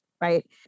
right